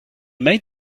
made